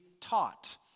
taught